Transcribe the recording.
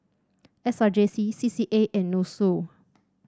S R J C C C A and NUSSU